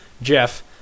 Jeff